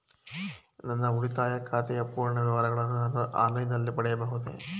ನನ್ನ ಉಳಿತಾಯ ಖಾತೆಯ ಪೂರ್ಣ ವಿವರಗಳನ್ನು ನಾನು ಆನ್ಲೈನ್ ನಲ್ಲಿ ಪಡೆಯಬಹುದೇ?